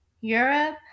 Europe